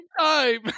time